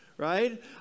Right